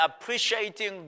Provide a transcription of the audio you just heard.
appreciating